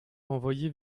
renvoyé